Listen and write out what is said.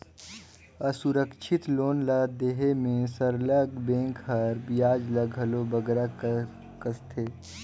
असुरक्छित लोन ल देहे में सरलग बेंक हर बियाज ल घलो बगरा कसथे